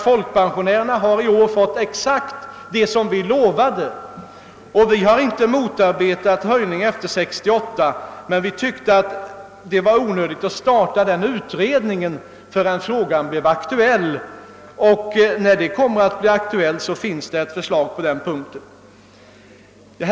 Folkpensionärerna har ju i år fått exakt vad vi lovade. Och vi har inte motsatt oss en höjning av folkpensionerna efter 1968. Vi har bara ansett det onödigt att sälta i gång en utredning om den saken förrän frågan bleve aktuell; och när den blir det kommer det att finnas ett förslag i ärendet.